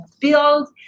build